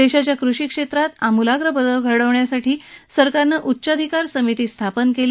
देशाच्या कृषी क्षेत्रात आमूलाग्र बदल घडविण्यासाठी सरकारनजिच्चाधिकार समिती स्थापन केली